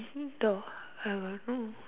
who talk I won't move